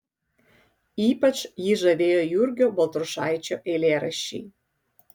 ypač jį žavėjo jurgio baltrušaičio eilėraščiai